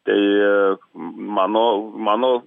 tai mano mano